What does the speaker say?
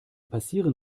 passieren